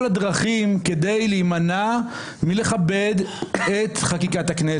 הדרכים כדי להימנע מלכבד את חקיקת הכנסת.